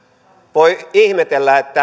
voi ihmetellä